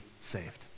saved